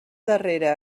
darrera